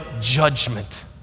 judgment